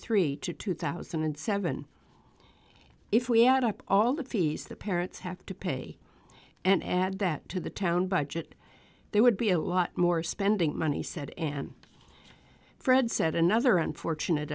three to two thousand and seven if we add up all the fees the parents have to pay and add that to the town budget there would be a lot more spending money said and fred said another unfortunate